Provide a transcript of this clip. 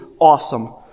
Awesome